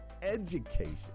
education